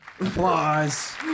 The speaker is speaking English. applause